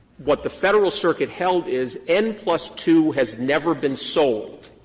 what the federal circuit held is n plus two has never been sold.